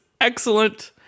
excellent